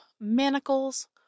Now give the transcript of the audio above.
manacles